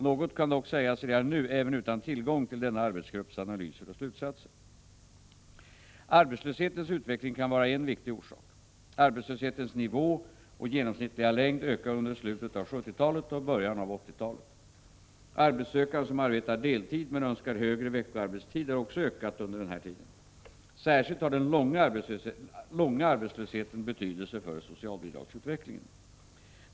Något kan dock sägas redan nu även utan tillgång till denna arbetsgrupps analyser och slutsatser. Arbetslöshetens utveckling kan vara en viktig orsak. Arbetslöshetens nivå och genomsnittliga längd ökade under slutet av 1970-talet och början av 1980-talet. Arbetssökande som arbetar deltid men önskar högre veckoarbetstid har också ökat under denna tid. Särskilt har den långa arbetslösheten betydelse för socialbidragsutvecklingen.